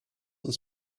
uns